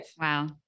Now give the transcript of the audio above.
Wow